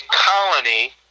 colony